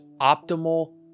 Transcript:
optimal